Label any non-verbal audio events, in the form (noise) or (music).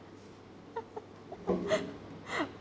(laughs)